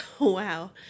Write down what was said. Wow